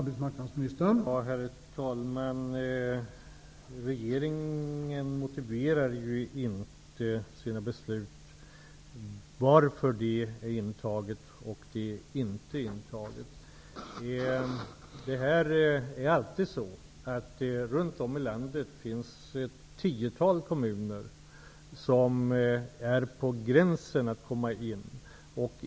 Herr talman! Regeringen motiverar inte sina beslut om inplacering i stödområde. Det finns alltid runt om i landet ett tiotal kommuner som är på gränsen att komma med.